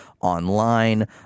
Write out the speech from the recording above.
online